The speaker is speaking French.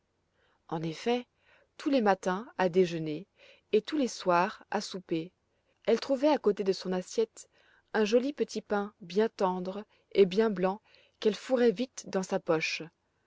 en effet tous les matins à déjeuner et tous les soirs à souper elle trouvait à côté de son assiette un joli petit pain bien tendre et bien blanc qu'elle fourrait vite dans sa poche